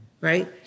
right